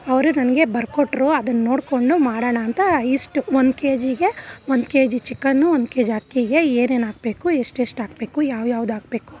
ಅವರು ನನಗೆ ಬರ್ಕೊಟ್ರು ಅದನ್ನು ನೋಡಿಕೊಂಡು ಮಾಡೋಣಾ ಅಂತ ಇಷ್ಟು ಒಂದು ಕೆ ಜಿಗೆ ಒಂದು ಕೆಜಿ ಚಿಕನ್ನು ಒಂದು ಕೆಜಿ ಅಕ್ಕಿಗೆ ಏನೇನು ಹಾಕ್ಬೇಕು ಎಷ್ಟೆಷ್ಟು ಹಾಕ್ಬೇಕು ಯಾವ್ಯಾವ್ದು ಹಾಕ್ಬೇಕು